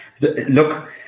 Look